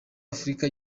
afurika